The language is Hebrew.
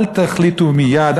אל תחליטו מייד,